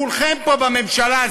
כולכם פה בממשלה,